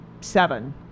seven